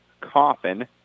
Coffin